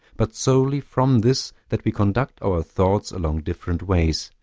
but solely from this, that we conduct our thoughts along different ways,